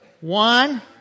one